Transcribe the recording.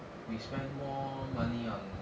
we spend more money on